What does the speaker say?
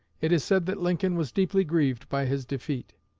it is said that lincoln was deeply grieved by his defeat.